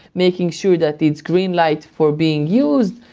making sure that it's green light for being used,